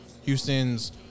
Houston's